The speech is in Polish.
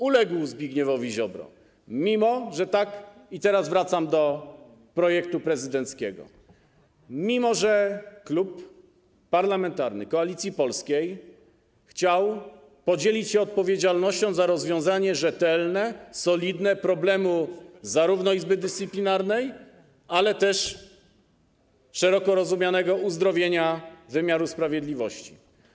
Uległ Zbigniewowi Ziobrze, mimo że - i teraz wracam do projektu prezydenckiego - Klub Parlamentarny Koalicji Polskiej chciał podzielić się odpowiedzialnością za rozwiązanie rzetelne, solidne problemu zarówno Izby Dyscyplinarnej, jak i szeroko rozumianego uzdrowienia wymiaru sprawiedliwości.